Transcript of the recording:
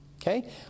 Okay